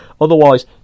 Otherwise